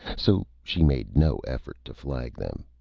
so she made no effort to flag them.